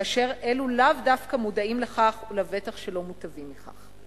כאשר אלו לאו דווקא מודעים לכך ולבטח שלא מוטבים מכך."